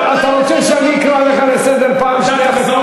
אתה רוצה שאני אקרא לך לסדר פעם שנייה ופעם שלישית?